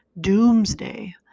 doomsday